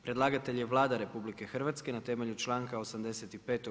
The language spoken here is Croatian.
Predlagatelj je Vlada Republike Hrvatske, na temelju članka 85.